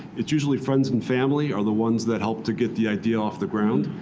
it's usually friends and family are the ones that help to get the idea off the ground.